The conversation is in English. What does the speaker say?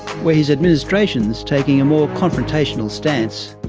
where his administration is taking a more confrontational stance.